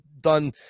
done